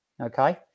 okay